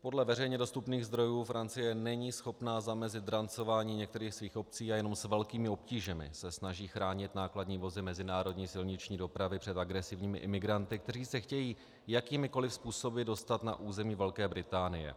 Podle veřejně dostupných zdrojů Francie není schopna zamezit drancování některých svých obcí a jenom s velkými obtížemi se snaží chránit nákladní vozy mezinárodní silniční dopravy před agresivními imigranty, kteří se chtějí jakýmikoliv způsoby dostat na území Velké Británie.